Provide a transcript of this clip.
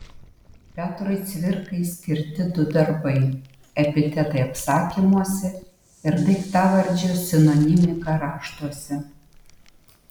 petrui cvirkai skirti du darbai epitetai apsakymuose ir daiktavardžio sinonimika raštuose